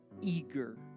eager